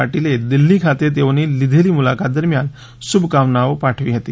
પાટીલે દિલ્હી ખાતે તેઓની લીધેલી મુલાકાત દરમ્યાન શુભકામનાઓ પાઠવી હતી